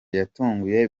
yatunguye